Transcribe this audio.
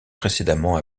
précédemment